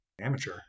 amateur